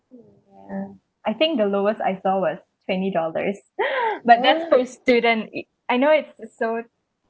mm ya I think the lowest I saw was twenty dollars but that's for student I know it's so